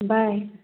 bye